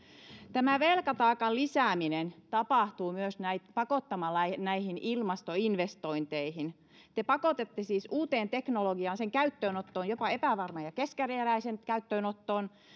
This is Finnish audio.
tämä velkataakan lisääminen tapahtuu myös pakottamalla näihin näihin ilmastoinvestointeihin te pakotatte siis uuteen teknologiaan sen käyttöönottoon jopa epävarman ja keskeneräisen käyttöönottoon